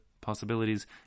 possibilities